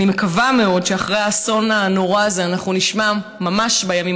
אני מקווה מאוד שאחרי האסון הנורא הזה אנחנו נשמע ממש בימים